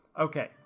Okay